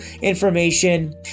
information